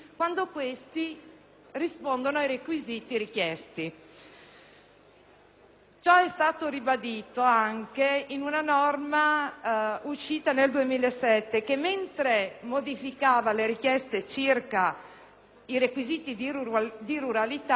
Ciò è stato ribadito anche da una norma uscita nel 2007, che, mentre modificava le caratteristiche dei requisiti di ruralità, nulla eccepiva circa l'esenzione dall'imposta